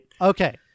Okay